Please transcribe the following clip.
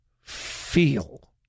feel